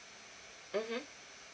mmhmm